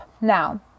Now